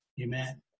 Amen